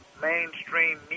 Mainstream